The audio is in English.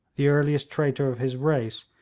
the earliest traitor of his race,